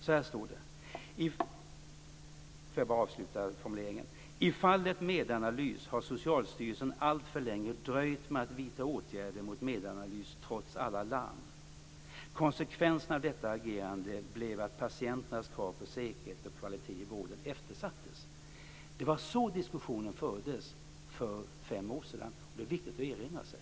Så här står det: I fallet Medanalys har Socialstyrelsen alltför länge dröjt med att vidta åtgärder mot Medanalys trots alla larm. Konsekvensen av detta agerande blev att patienternas krav på säkerhet och kvalitet i vården eftersattes. Det var så diskussionen fördes för fem år sedan, och det är viktigt att erinra sig.